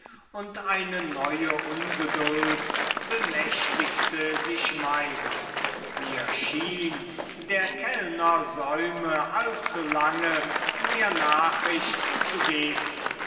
und eine neue ungeduld bemächtigte sich meiner mir schien der kellner säume allzu lange mir nachricht zu geben